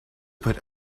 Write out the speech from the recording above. put